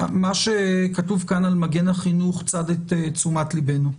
מה שכתוב כאן על מגן החינוך צד את תשומת ליבנו,